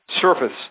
surface